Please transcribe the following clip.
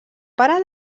pare